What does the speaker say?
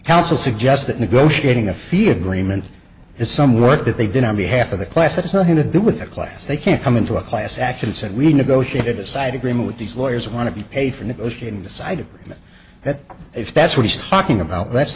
counsel suggests that negotiating a fee agreement is some work that they did on behalf of the class it's nothing to do with a class they can't come into a class action said we negotiated a side agreement with these lawyers want to be paid for negotiating this idea that if that's what he's talking about